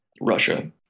Russia